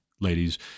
ladies